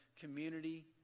community